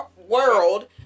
World